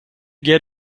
get